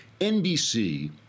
NBC